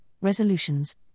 resolutions